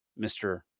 Mr